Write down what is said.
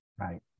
right